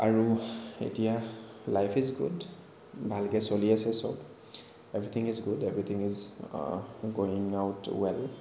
আৰু এতিয়া life is good ভালকে চলি আছে চব everything is good everything is going now too well